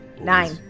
Nine